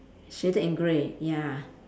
shaded in grey ya